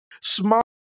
small